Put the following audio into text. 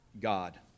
God